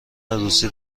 روسی